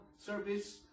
service